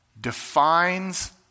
defines